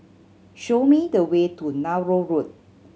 show me the way to Nallur Road